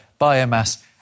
biomass